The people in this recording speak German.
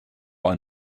ein